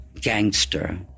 gangster